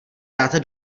dáte